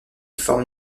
forme